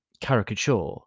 caricature